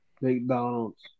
McDonald's